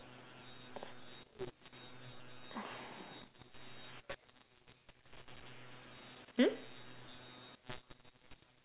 hmm